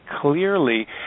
clearly